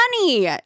Money